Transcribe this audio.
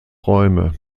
räume